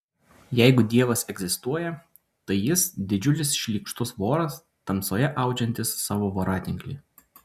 jeigu dievas egzistuoja tai jis didžiulis šlykštus voras tamsoje audžiantis savo voratinklį